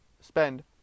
spend